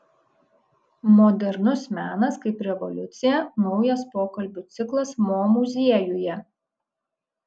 modernus menas kaip revoliucija naujas pokalbių ciklas mo muziejuje